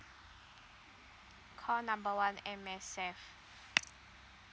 call number one M_S_F